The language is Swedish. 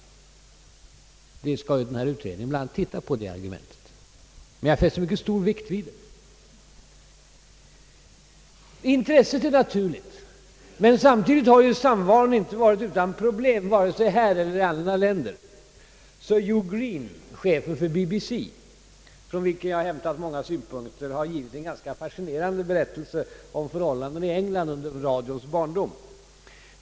Detta argument skall ju den utredning som tillsatts se på, och jag fäster mycket stor vikt vid det. Intresset är naturligt, men samtidigt har samvaron inte varit utan problem vare sig här eller i andra länder. Sir Hugh Greene, chefen för BBC — från vilken jag hämtat många synpunkter — har givit en ganska fascinerande berättelse om förhållandena i England i radions barndom.